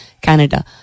Canada